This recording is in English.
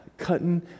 cutting